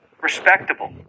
respectable